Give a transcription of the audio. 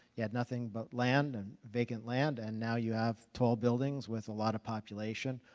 you had nothing but land, and vacant land and now you have tall buildings with a lot of population,